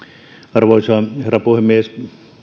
arvoisa herra puhemies